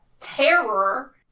terror